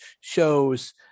shows